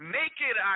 naked